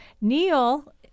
Neil